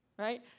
right